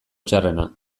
txarrena